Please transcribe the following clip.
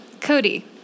Cody